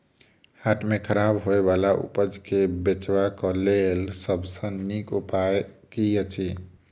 हाट मे खराब होय बला उपज केँ बेचबाक क लेल सबसँ नीक उपाय की अछि?